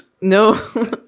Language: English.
no